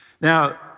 Now